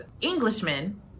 Englishman